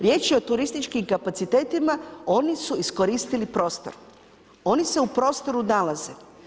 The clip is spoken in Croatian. Riječ je turističkim kapacitetima, oni su iskoristili prostor, oni se u prostoru nalaze.